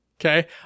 Okay